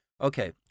okay